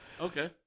Okay